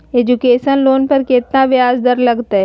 Education loan पर केतना ब्याज दर लगतई?